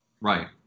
Right